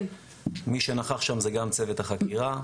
מי שנכח שם זה גם צוות החקירה.